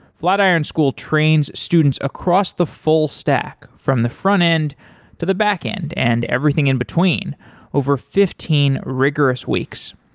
flatiron school trains students across the full stack, from the front end to the back end and everything in between over fifteen rigorous weeks.